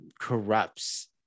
corrupts